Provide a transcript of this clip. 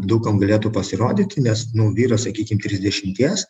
daug kam galėtų pasirodyti nes nu vyras sakykim trisdešimties